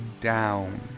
down